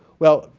well,